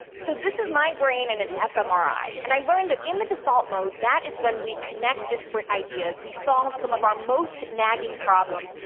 so this is my brain in an fmri, and i learned that in the default mode is when we connect disparate ideas, we solve some of our most nagging problems,